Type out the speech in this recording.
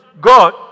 God